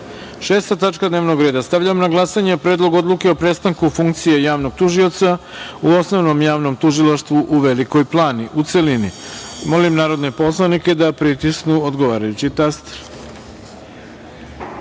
tačka dnevnog reda. Stavljam na glasanje Predlog odluke o prestanku funkcije javnog tužioca u Osnovnom javnom tužilaštvu u Velikoj Plani, u celini. Molim poslanike da pritisnu odgovarajući taster